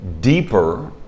deeper